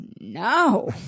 no